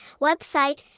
Website